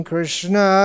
Krishna